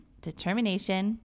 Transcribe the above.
determination